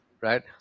right